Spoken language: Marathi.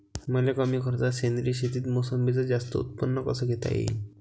मले कमी खर्चात सेंद्रीय शेतीत मोसंबीचं जास्त उत्पन्न कस घेता येईन?